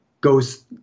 goes